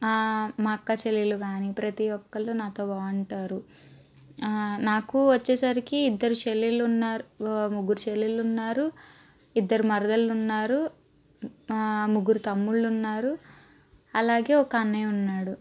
మా అక్క చెల్లెలు కానీ ప్రతి ఒక్కళ్ళు నాతో బాగుంటారు నాకు వచ్చేసరికి ఇద్దరు చెల్లెలు ఉన్నారు ముగ్గురు చెల్లెలు ఉన్నారు ఇద్దరు మరదలున్నారు ముగ్గురు తమ్ముళ్లు ఉన్నారు అలాగే ఒక అన్నయ్య ఉన్నాడు